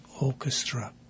orchestra